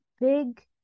big